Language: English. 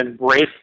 embrace